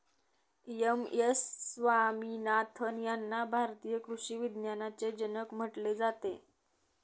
M S Swaminathan यांना भारतीय कृषी विज्ञानाचे जनक म्हटले जाते